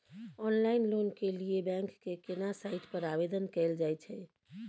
Online loan के लिए bank के केना साइट पर आवेदन कैल जाए छै?